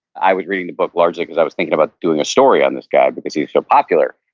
i was reading the book largely because i was thinking about doing a story on this guy, because he's so popular.